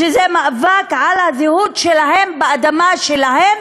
שזה מאבק על הזהות שלהם באדמה שלהם